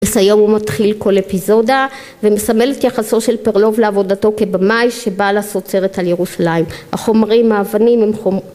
‫מסיים ומתחיל כל אפיזודה, ‫ומסמל את יחסו של פרלוב לעבודתו ‫כבמאי שבא לעשות סרט על ירושלים. ‫החומרים האבנים הם חומרים...